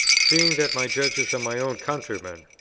seeing that my judges are my own countrymen.